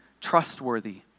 trustworthy